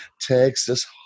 Texas